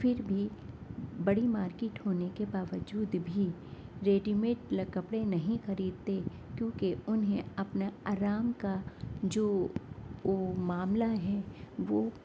پھر بھی بڑی مارکیٹ ہونے کے باوجود بھی ریڈی میڈ کپڑے نہیں خریدتے کیونکہ انہیں اپنا آرام کا جو وہ معاملہ ہے وہ